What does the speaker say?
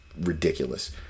ridiculous